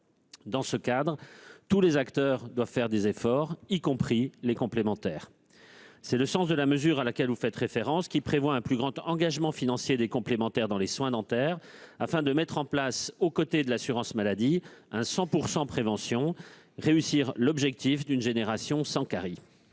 Dans ce cadre, tous les acteurs doivent faire des efforts, y compris les complémentaires. C'est le sens de la mesure à laquelle vous faites référence. Elle prévoit un plus grand engagement financier des complémentaires dans les soins dentaires afin de mettre en place aux côtés de l'assurance maladie un « 100 % prévention » et de réussir l'objectif d'une génération sans carie.